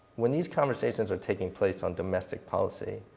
when these conversations are taking place on domestic policy,